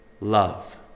love